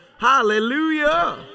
Hallelujah